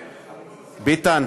ביטן,